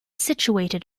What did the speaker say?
situated